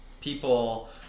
people